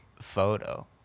photo